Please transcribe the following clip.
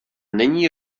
není